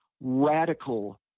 Radical